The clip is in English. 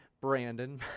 Brandon